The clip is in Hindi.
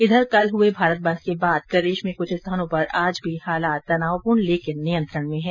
इधर कल हुए भारत बंद के बाद प्रदेश में कुछ स्थानों पर आज भी हालात तनावपूर्ण लेकिन नियंत्रण में है